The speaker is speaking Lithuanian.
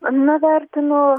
na vertinu